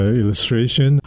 illustration